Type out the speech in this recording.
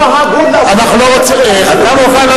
זה לא הגון לעשות, אתה מוכן לא